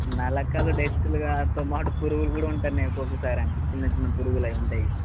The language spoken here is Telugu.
నలకలు డెస్క్లుగా తో పాటు పురుగులు కూడా ఉంటున్నాయి ఒక్కొక్కసారి అండి చిన్న చిన్న పరుగులు అవి ఉంటాయండి